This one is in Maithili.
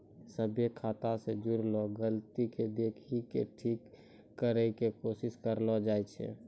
सभ्भे खाता से जुड़लो गलती के देखि के ठीक करै के कोशिश करलो जाय छै